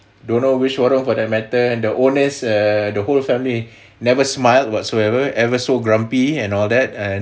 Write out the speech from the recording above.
don't know which warung for that matter and the owners err the whole family never smiled whatsoever ever so grumpy and all that and